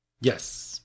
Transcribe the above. Yes